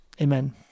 Amen